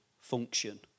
function